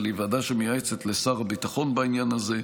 אבל היא ועדה שמייעצת לשר הביטחון בעניין הזה.